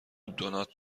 دونات